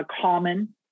common